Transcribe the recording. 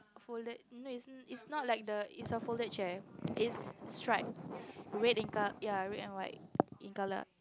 folded you know is is not like the is a folded chair is stripe red in col~ ya red and white in color